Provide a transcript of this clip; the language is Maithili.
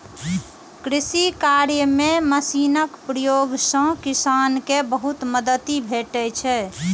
कृषि कार्य मे मशीनक प्रयोग सं किसान कें बहुत मदति भेटै छै